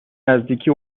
نزدیکی